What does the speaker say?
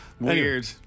Weird